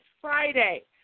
Friday